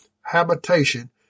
habitation